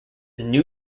new